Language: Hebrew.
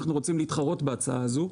אנחנו רוצים להתחרות בהצעה הזו.